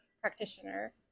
practitioner